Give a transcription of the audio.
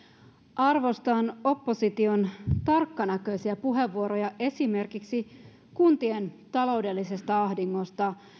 arvostan opposition tarkkanäköisiä puheenvuoroja esimerkiksi kuntien taloudellisesta ahdingosta